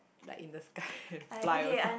like in sky and fly also